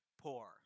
poor